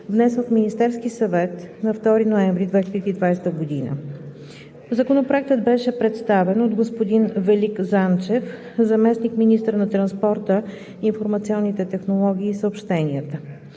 внесен от Министерския съвет на 2 ноември 2020 г. Законопроектът беше представен от господин Велик Занчев – заместник-министър на транспорта, информационните технологии и съобщенията.